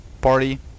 Party